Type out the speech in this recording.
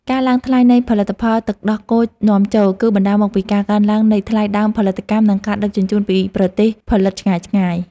ការឡើងថ្លៃនៃផលិតផលទឹកដោះគោនាំចូល គឺបណ្តាលមកពីការកើនឡើងនៃថ្លៃដើមផលិតកម្ម និងការដឹកជញ្ជូនពីប្រទេសផលិតឆ្ងាយៗ។